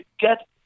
get